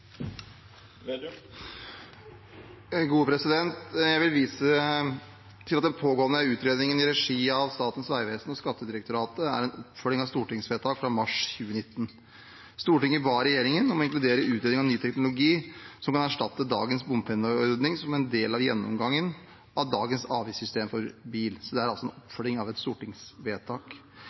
Jeg vil vise til at den pågående utredningen i regi av Statens vegvesen og Skattedirektoratet er en oppfølging av et stortingsvedtak fra mars 2019. Stortinget ba regjeringen om å inkludere utredning av ny teknologi som kan erstatte dagens bompengeordning, som en del av gjennomgangen av dagens avgiftssystem for bil. Det er altså en oppfølging av et stortingsvedtak.